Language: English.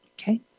Okay